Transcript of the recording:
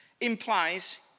implies